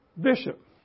bishop